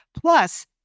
plus